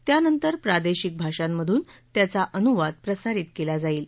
त्यानंतर प्रादेशिक भाषांमधून त्याचा अनुवाद प्रसारित केला जाईल